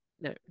no